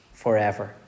Forever